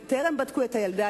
בטרם בדקו את הילדה,